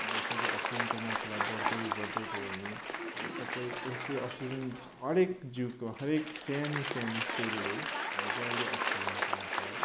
अनि यसरी अक्सिजनको मात्रा बढ्दै बढ्दै गयो भने अब सबै यस्तै अक्सिजन हरेक जिउको हरेक सानो सानो सेलले मजाले अक्सिजन पाउँछ